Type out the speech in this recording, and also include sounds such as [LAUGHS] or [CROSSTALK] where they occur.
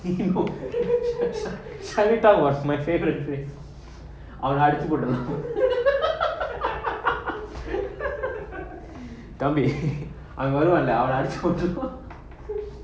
you can go chinatown was my favourite place அவன அடிச்சு போட்டுரலாம் [LAUGHS] தம்பி அவன அடிச்சு போட்டுரலாம்:thambi avana adichu poturalam